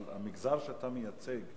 אבל המגזר שאתה מייצג,